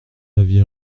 aviez